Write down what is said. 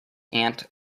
aunt